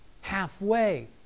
halfway